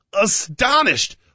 astonished